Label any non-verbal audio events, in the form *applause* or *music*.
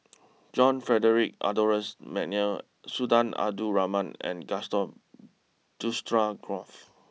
John Frederick Adolphus McNair Sultan Abdul Rahman and Gaston *unintelligible*